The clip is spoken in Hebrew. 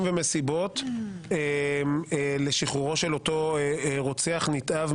ומסיבות לשחרורו של אותו רוצח נתעב,